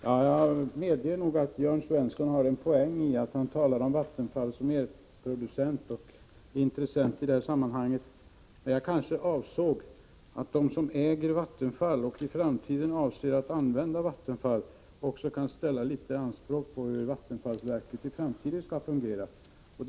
Herr talman! Jag medger att det ligger en poäng i Jörn Svenssons resonemang om Vattenfall som producent och intressent i sammanhanget. Jag avsåg att de som äger Vattenfall också kan ställa anspråk på hur vattenfallsverket skall fungera i framtiden.